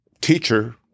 teacher